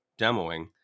demoing